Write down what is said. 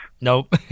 nope